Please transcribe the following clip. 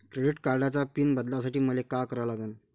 Credit कार्डाचा PIN बदलासाठी मले का करा लागन?